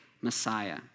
messiah